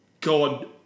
God